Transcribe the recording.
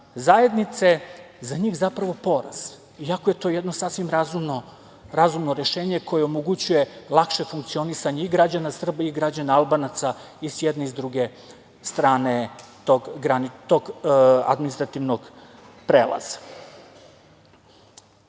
zajednice za njih zapravo poraz, iako je to jedno sasvim razumno rešenje koje omogućuje lakše funkcionisanje i građana Srbije i građana Albanaca i s jedne i s druge strane tog administrativnog prelaza. Pošto